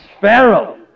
Pharaoh